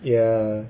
ya